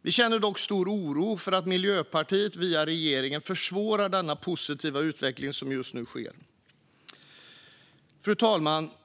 Vi känner dock stor oro för att Miljöpartiet via regeringen försvårar den positiva utveckling som just nu sker. Fru talman!